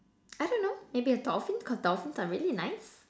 I don't know maybe a dolphin cause dolphins are really nice